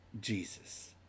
Jesus